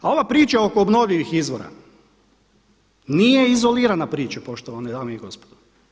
A ova priča oko obnovljivih izvora nije izolirana priča poštovane dame i gospodo.